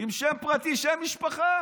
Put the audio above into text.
עם שם פרטי, שם משפחה,